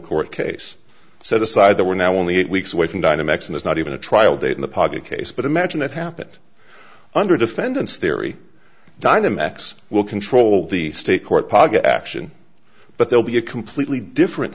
court case set aside that we're now only eight weeks away from dynamix and it's not even a trial date in the paga case but imagine that happened under defendants theory dynamics will control the state court paga action but they'll be a completely different